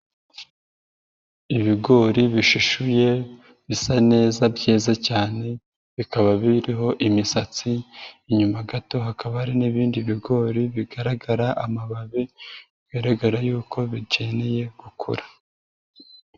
Ibigori bishishuye bisa neza byeze cyane, bikaba biriho imisatsi inyuma gato hakaba hari n'ibindi bigori bigaragara amababi, bigaragara yuko bikeneye gukura.